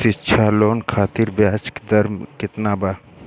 शिक्षा लोन खातिर ब्याज दर केतना बा?